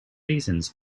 reasons